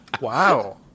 Wow